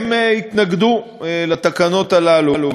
הם התנגדו לתקנות הללו.